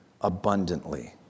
abundantly